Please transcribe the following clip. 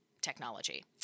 technology